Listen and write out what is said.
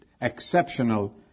exceptional